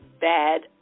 bad